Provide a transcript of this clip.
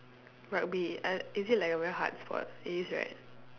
rugby uh is it like a very hard sport it is right